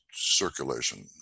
circulation